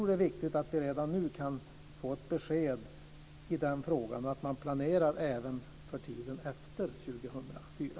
Det är viktigt att vi redan nu kan få ett besked i den frågan, så att det går att planera även för tiden efter 2004.